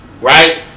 right